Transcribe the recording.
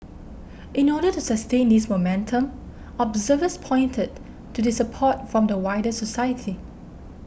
in order to sustain this momentum observers pointed to the support from the wider society